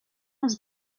was